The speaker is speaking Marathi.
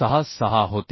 66 होती